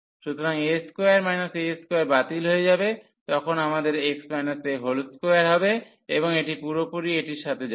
সুতরাং a2 a2 বাতিল হয়ে যাবে তখন আমাদের 2 হবে এবং এটি পুরোপুরি এইটির সাথে যাবে